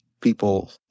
people